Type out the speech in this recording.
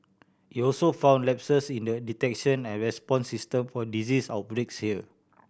it also found lapses in the detection and response system for disease outbreaks here